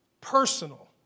personal